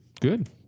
Good